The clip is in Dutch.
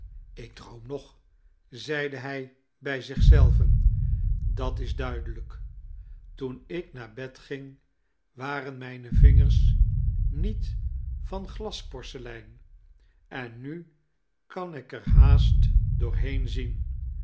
ik droom nog zeide hij bij zich zelven dat is duidelijk toen ik naar hedging waren mijne vingers niet van glasporselein en nu kan ik er haast doorheen zien